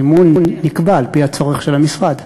המימון נקבע על-פי הצורך של המשרד.